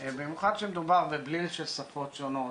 במיוחד שמדובר בבליל של שפות שונות,